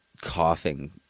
coughing